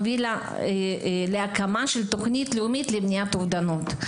הובילה להקמה של תוכנית לאומית למניעת אובדנות.